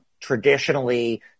traditionally